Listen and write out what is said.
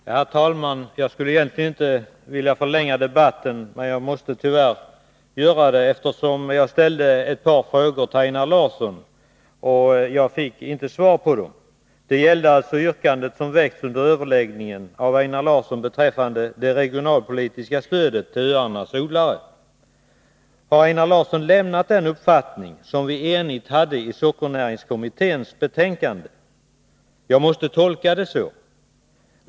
Herr talman! Jag skulle egentligen inte vilja förlänga debatten, men jag måste tyvärr göra det. Jag ställde ett par frågor till Einar Larsson, men jag fick inte något svar på dem. Det gällde det yrkande som ställts under överläggningen av Einar Larsson beträffande det regionalpolitiska stödet till öarnas odlare. Har Einar Larsson lämnat den uppfattning som vi enhälligt redovisade i sockernäringskommitténs betänkande? Jag måste tolka det så.